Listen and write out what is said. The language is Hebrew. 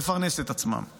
לפרנס את עצמם לבד.